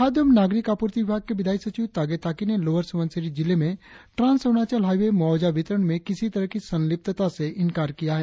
खाद्य एवं नागरिक आपूर्ति विभाग के विधायी सचिव तागे ताकी ने लोअर सुबनसिरी जिलें में ट्रांस अरुणाचल हाईवें मुआवजा वितरण में किसी तरह की संलिप्तता से इंकार किया है